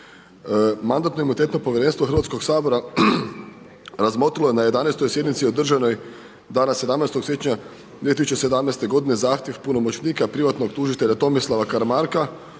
Mandatno-imunitetno povjerenstvo Hrvatskog sabora razmotrilo je na 11. sjednici održanoj dana 17. siječnja 2017. godine zahtjev punomoćnika privatnog tužitelja Tomislava Karamarka